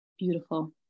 Beautiful